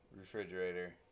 refrigerator